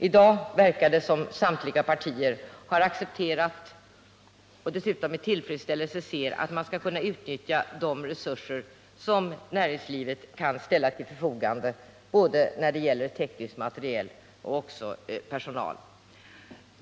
I dag verkar det som om samtliga partier har accepterat — och dessutom med tillfredsställelse ser — att man utnyttjar de resurser som näringslivet kan ställa till förfogande när det gäller teknisk materiel och personal.